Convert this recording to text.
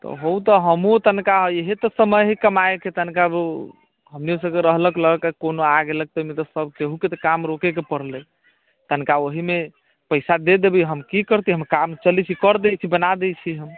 तऽ ओहो हमहूँ तऽ तनिका इएह तऽ समय हइ कमाइके तनिका ओ हमनी सभके रहलक लऽ के कोनो आ गेलक तऽ ओहिमे तऽ सभ केहुके तऽ काम रोकयके पड़लै तनिका ओहीमे पैसा दऽ देबै हम की करतै हम काम चलैत छै करि दैत छी बना दैत छियै हम